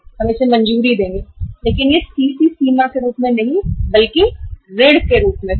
हम इसे मंज़ूर करेंगे लेकिन यह सीसी सीमा के रूप में नहीं होगा बल्कि ऋण के रूप में होगा